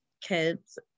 kids